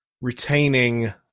retaining